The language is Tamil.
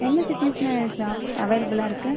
என்ன சிட்டிஸில் ஜாப்ஸ் அவைலபுளாக இருக்குது